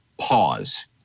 pause